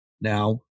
Now